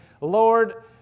Lord